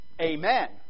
amen